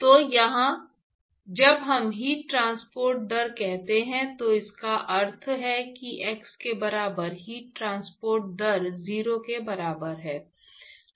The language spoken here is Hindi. तो यहां जब हम हीट ट्रांसपोर्ट दर कहते हैं तो इसका अर्थ है कि x के बराबर हीट ट्रांसपोर्ट दर 0 के बराबर है